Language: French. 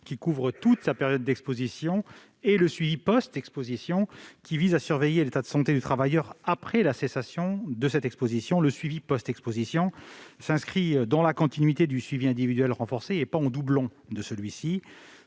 couvre toute sa période d'exposition ; le suivi post-exposition vise, quant à lui, à surveiller l'état de santé du travailleur après la cessation de cette exposition. Le suivi post-exposition s'inscrit dans la continuité du suivi individuel renforcé : il n'intervient donc pas en doublon de celui-ci.